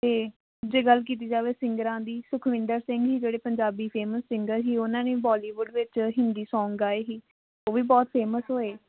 ਅਤੇ ਜੇ ਗੱਲ ਕੀਤੀ ਜਾਵੇ ਸਿੰਗਰਾਂ ਦੀ ਸੁਖਵਿੰਦਰ ਸਿੰਘ ਸੀ ਜਿਹੜੇ ਪੰਜਾਬੀ ਫੇਮਸ ਸਿੰਗਰ ਸੀ ਉਹਨਾਂ ਨੇ ਬੋਲੀਵੁੱਡ ਵਿੱਚ ਹਿੰਦੀ ਸੌਂਗ ਗਾਏ ਸੀ ਉਹ ਵੀ ਬਹੁਤ ਫੇਮਸ ਹੋਏ